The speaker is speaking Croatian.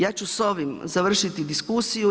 Ja ću s ovim završiti diskusiju.